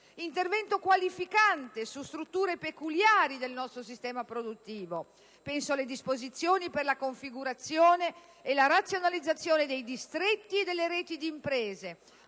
intervento qualificante su strutture peculiari del nostro sistema produttivo. Penso inoltre alle disposizioni per la configurazione e la razionalizzazione dei distretti e delle reti di imprese;